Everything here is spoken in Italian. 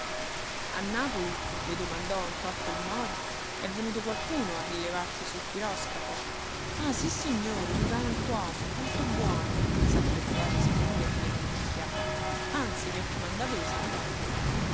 a napoli le domandò a un tratto il mori è venuto qualcuno a rilevarti sul piroscafo ah sissignore un galantuomo tanto buono s'affrettò a rispondergli annicchia anzi mi ha comandato di salutarla